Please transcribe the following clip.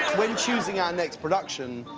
when choosing our next production,